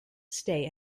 stay